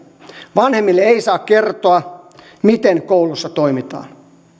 vanhemmille ei saa kertoa miten koulussa toimitaan